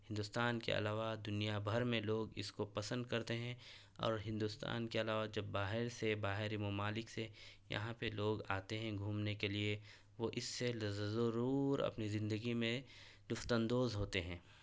ہندوستان کے علاوہ دنیا بھر میں لوگ اس کو پسند کرتے ہیں اور ہندوستان کے علاوہ جب باہر سے باہری ممالک سے یہاں پہ لوگ آتے ہیں گھومنے کے لیے وہ اس سے ضرور اپنی زندگی میں لطف اندوز ہوتے ہیں